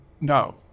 No